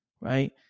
right